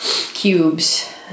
cubes